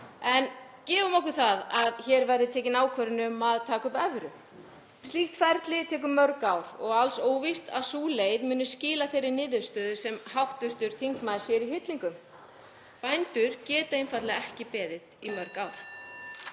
En gefum okkur það að hér verði tekin ákvörðun um að taka upp evru. Slíkt ferli tekur mörg ár og alls óvíst að sú leið muni skila þeirri niðurstöðu sem hv. þingmaður sér í hillingum. Bændur geta einfaldlega ekki beðið í mörg ár.